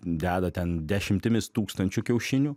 deda ten dešimtimis tūkstančių kiaušinių